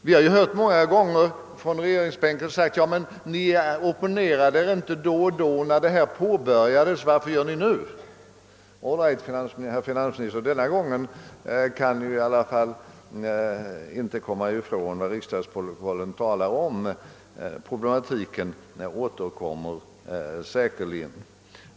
Vi har många gånger från regeringsbänken fått höra: Ni opponerade er ju inte när detta påbörjades; varför gör ni det då nu? All right, herr finansminister, denna gång kan ni i alla fall inte komma ifrån att vi opponerat oss — det talar riksdagsprotokollen om. <Problematiken återkommer säkerligen.